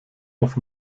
auf